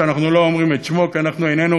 שאנחנו לא אומרים את שמו כי אנחנו איננו